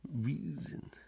reason